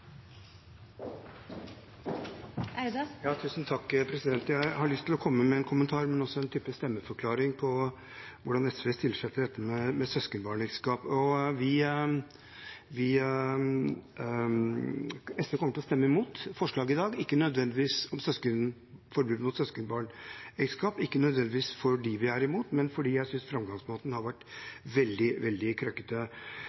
Jeg har lyst til å komme med en kommentar, men også en type stemmeforklaring om hvordan SV stiller seg til søskenbarnekteskap. SV kommer til å stemme imot forslaget om forbud mot søskenbarnekteskap i dag, ikke nødvendigvis fordi vi er imot, men fordi jeg synes framgangsmåten har